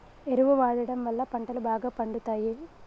ఎరువు వాడడం వళ్ళ పంటలు బాగా పండుతయి